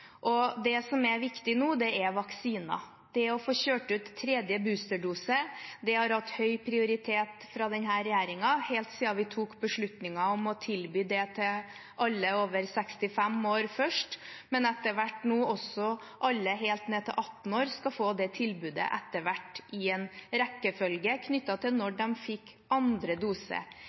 Det som er viktig nå, er vaksiner. Å få kjørt ut tredje boosterdose har hatt høy prioritet fra denne regjeringen helt siden vi tok beslutningen om å tilby det til alle over 65 år først. Etter hvert skal alle over 18 år få det tilbudet, i en rekkefølge som er knyttet til når de fikk andre dose.